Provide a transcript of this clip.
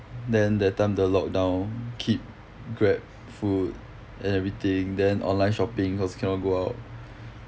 then that time the lock down keep Grab food and everything then online shopping cause cannot go out